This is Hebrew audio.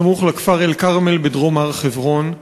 סמוך לכפר אלכרמל בדרום הר-חברון.